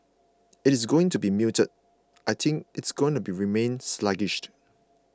it is going to be muted I think it is going to remain sluggish